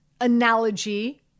analogy